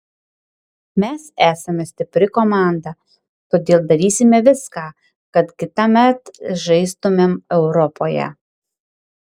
mes esame stipri komanda todėl darysime viską kad kitąmet žaistumėm europoje